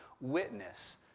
witness